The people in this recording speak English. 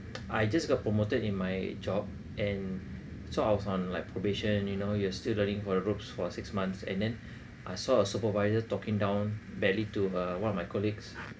I just got promoted in my job and so I was on like probation you know you are still learning for the rooks for six months and then I saw a supervisor talking down badly to uh one of my colleagues